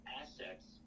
assets